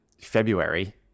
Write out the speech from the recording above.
February